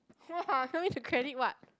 !wah! want me to credit what